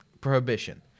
Prohibition